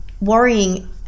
worrying